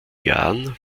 jahren